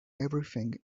everything